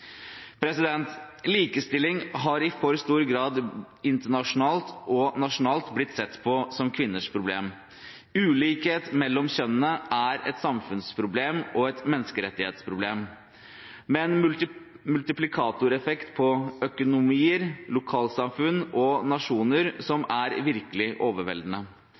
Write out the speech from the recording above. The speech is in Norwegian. Likestilling har i for stor grad internasjonalt og nasjonalt blitt sett på som kvinners problem. Ulikhet mellom kjønnene er et samfunnsproblem og et menneskerettighetsproblem, med en multiplikatoreffekt på økonomier, lokalsamfunn og nasjoner som er virkelig overveldende.